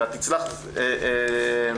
ואת הצלחת לברוח.